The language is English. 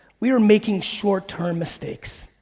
we are making short term mistakes.